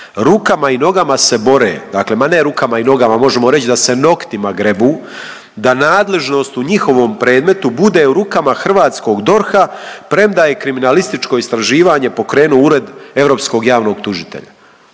rukama i nogama se bore, dakle, ma ne rukama i nogama, možemo reć da se noktima grebu da nadležnost u njihovom predmetu bude u rukama hrvatskog DORH-a premda je kriminalističko istraživanje pokrenuo Ured europskog javnog tužitelja.